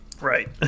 Right